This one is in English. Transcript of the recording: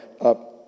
up